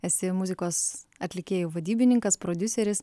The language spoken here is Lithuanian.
esi muzikos atlikėjų vadybininkas prodiuseris